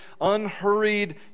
unhurried